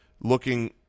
looking